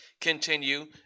continue